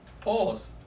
Pause